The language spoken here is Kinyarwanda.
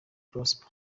prosper